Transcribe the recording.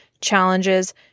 challenges